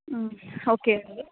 okay అండి